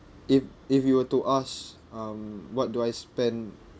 if if you were to ask um what do I spend